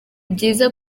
byiza